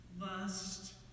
lust